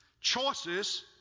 Choices